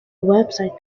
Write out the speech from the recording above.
website